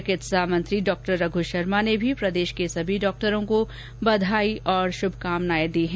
चिकित्सा मंत्री डॉक्टर रघू शर्मा ने भी प्रदेश के सभी डॉक्टरों को बधाई और शुभकामनाएं दी है